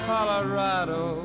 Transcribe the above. Colorado